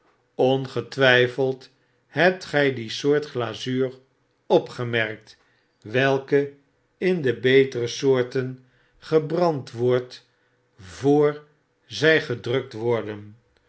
ongetwyfeld hebt gy die soort glazuur opgemerkt welke in de betere soorten gebrand wordt voor zy gedrukt worden